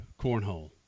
Cornhole